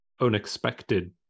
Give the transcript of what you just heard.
unexpected